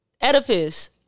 Oedipus